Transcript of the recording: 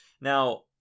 Now